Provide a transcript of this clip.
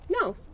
No